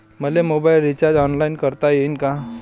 मले mobile recharge online करता येईन का?